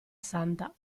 santa